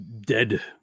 dead